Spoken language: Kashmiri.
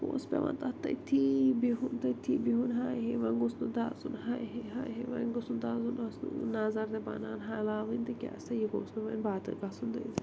اوس پٮ۪وان تتھ تٔتتھٕے بِہُن تٔتتھٕے بِہُن ہاے ہے وۄنۍ گوٚژھ نہٕ دَزُن ہاے ہے ہاے ہے وۄنۍ گوٚژھ نہٕ دَزُن آسُن نَظَر نہٕ بَنان ہلاوٕنۍ تہٕ کیٛاہ سا یہِ گوٚژھ نہٕ وونۍ بَتہٕ گَژھُن دٔزِتھ